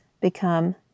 become